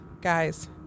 guys